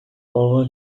over